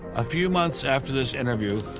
a few months after this interview,